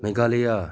Meghalaya